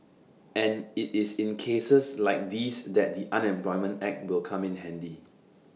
and IT is in cases like these that the unemployment act will come in handy